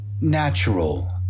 natural